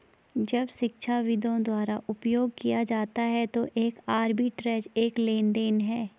जब शिक्षाविदों द्वारा उपयोग किया जाता है तो एक आर्बिट्रेज एक लेनदेन है